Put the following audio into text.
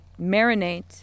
marinate